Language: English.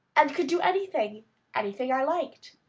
and could do anything anything i liked.